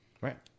right